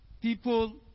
People